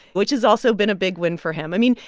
which has also been a big win for him i mean,